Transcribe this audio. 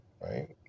right